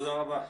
תודה רבה.